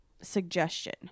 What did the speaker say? suggestion